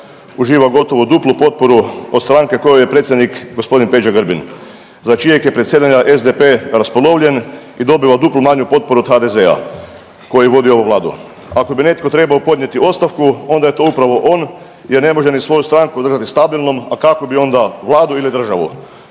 uživa gotovo duplu potporu od stranke kojoj je predsjednik gospodin Peđa Grbin za čijeg je predsjedanja SDP raspolovljen i dobiva duplo manju potporu od HDZ-a koji vodi ovu vladu. Ako bi netko trebao podnijeti ostavku onda je to upravo on jer ne može ni svoju stranku držati stabilnom, a kako bi ona vladu ili državu.